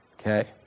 Okay